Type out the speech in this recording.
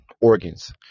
organs